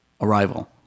Arrival